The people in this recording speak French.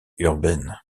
urbaine